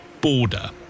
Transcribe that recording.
border